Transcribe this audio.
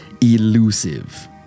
elusive